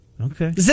Okay